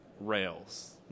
Rails